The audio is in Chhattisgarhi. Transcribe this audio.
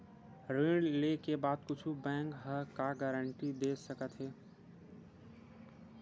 ऋण लेके बाद कुछु बैंक ह का गारेंटी दे सकत हे?